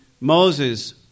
Moses